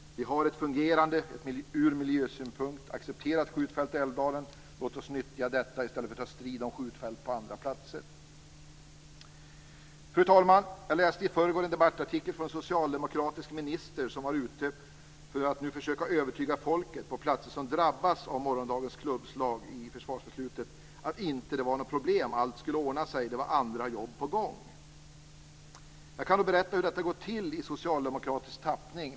Vi har ett fungerande, ur miljösynpunkt accepterat skjutfält i Älvdalen. Låt oss nyttja detta i stället för att ta strid om skjutfält på andra platser. Fru talman! Jag läste i förrgår en debattartikel från en socialdemokratisk minister som var ute för att nu försöka övertyga folket på platser som drabbas av morgondagens klubbslag i försvarsbeslutet att det inte fanns några problem; allt skulle ordna sig. Det var andra jobb på gång. Jag kan berätta hur detta går till i socialdemokratisk tappning.